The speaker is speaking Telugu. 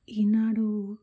ఈనాడు